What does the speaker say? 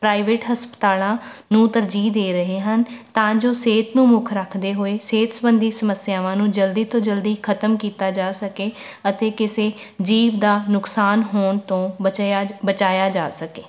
private ਹਸਪਤਾਲਾਂ ਨੂੰ ਤਰਜੀਹ ਦੇ ਰਹੇ ਹਨ ਤਾਂ ਜੋ ਸਿਹਤ ਨੂੰ ਮੁੱਖ ਰੱਖਦੇ ਹੋਏ ਸਿਹਤ ਸੰਬੰਧੀ ਸਮੱਸਿਆਵਾਂ ਨੂੰ ਜਲਦੀ ਤੋਂ ਜਲਦੀ ਖਤਮ ਕੀਤਾ ਜਾ ਸਕੇ ਅਤੇ ਕਿਸੇ ਜੀਅ ਦਾ ਨੁਕਸਾਨ ਹੋਣ ਤੋਂ ਬਚਿਆ ਬਚਾਇਆ ਜਾ ਸਕੇ